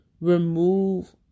remove